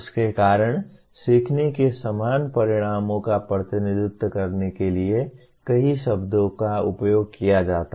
उसके कारण सीखने के समान परिणामों का प्रतिनिधित्व करने के लिए कई शब्दों का उपयोग किया जाता है